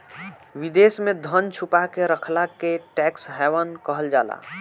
विदेश में धन छुपा के रखला के टैक्स हैवन कहल जाला